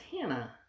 Hannah